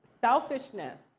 selfishness